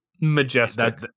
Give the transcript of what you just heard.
majestic